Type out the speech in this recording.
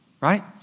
right